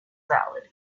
valid